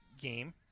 game